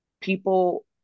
people